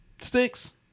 Sticks